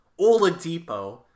Oladipo